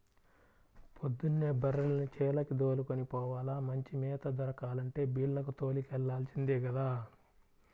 పొద్దున్నే బర్రెల్ని చేలకి దోలుకొని పోవాల, మంచి మేత దొరకాలంటే బీల్లకు తోలుకెల్లాల్సిందే గదా